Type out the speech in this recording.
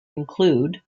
include